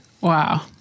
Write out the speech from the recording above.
Wow